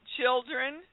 children